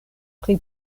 pri